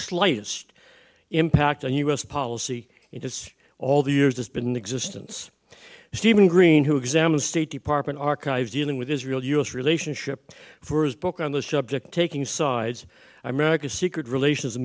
slightest impact on u s policy and its all the years it's been in existence steven green who examines state department archives dealing with israel u s relationship for his book on the subject taking sides america's secret relations